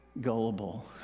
gullible